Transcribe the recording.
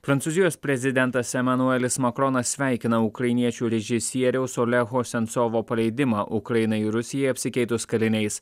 prancūzijos prezidentas emanuelis makronas sveikina ukrainiečių režisieriaus oleho sencovo paleidimą ukrainai rusijai apsikeitus kaliniais